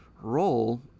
role